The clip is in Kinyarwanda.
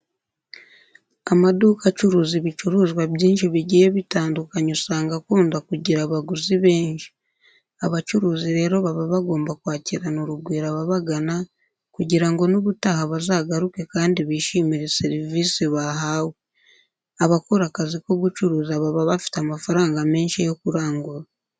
Amaduka acuruza ibicuruzwa byinshi bigiye bitandukanye usanga akunda kugira abaguzi benshi. Abacuruzi rero baba bagomba kwakirana urugwiro ababagana kugira ngo n'ubutaha bazagaruke kandi bishimire serivise bahawe. Abakora akazi ko gucuruza baba bafite amafaranga menshi yo kurangura.